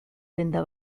denda